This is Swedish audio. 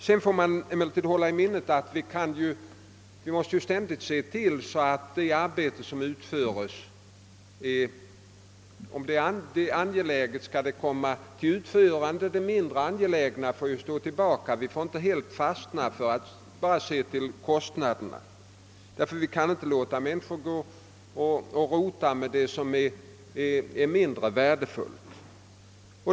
Man får emellertid hålla i minnet att vi ständigt måste se till att det arbete som är angeläget kommer till utförande, medan det mindre angelägna får stå tillbaka. Vi får inte helt fastna i kostnaderna, ty vi kan inte låta människor gå och rota med det som är mindre värdefullt.